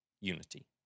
unity